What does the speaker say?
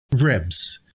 ribs